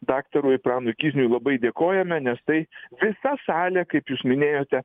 daktarui pranui kizniui labai dėkojame nes tai visa salė kaip jūs minėjote